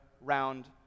round